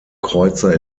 kreuzer